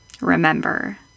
remember